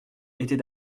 était